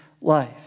life